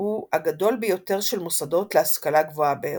הוא הגדול ביותר של מוסדות להשכלה גבוהה באירופה.